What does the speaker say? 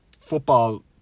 Football